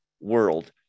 world